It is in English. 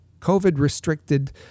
COVID-restricted